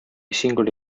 singoli